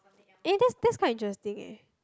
eh that's that's quite interesting eh